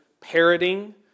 parroting